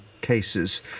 cases